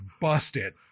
busted